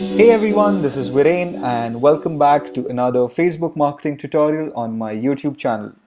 hey everyone this is viren and welcome back to another facebook marketing tutorial on my youtube channel.